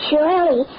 Surely